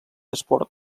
esport